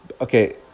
Okay